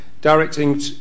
directing